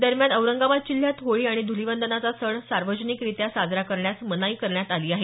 दरम्यान औरंगाबाद जिल्ह्यात होळी आणि धुलिवंदनाचा सण सार्वजनिकरित्या साजरा करण्यास मनाई करण्यात आली आहे